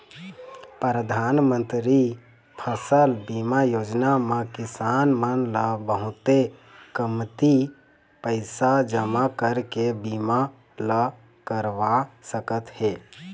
परधानमंतरी फसल बीमा योजना म किसान मन ल बहुते कमती पइसा जमा करके बीमा ल करवा सकत हे